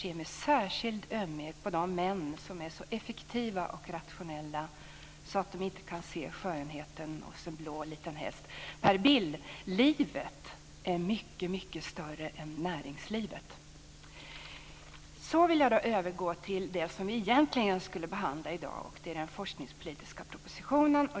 Se med särskild ömhet på de män som är så effektiva och rationella så att de inte kan se skönheten hos en blå liten häst. Per Bill! Livet är mycket mycket större än näringslivet. Jag vill då övergå till det som vi egentligen skulle behandla i dag, och det är den forskningspolitiska propositionen.